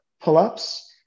pull-ups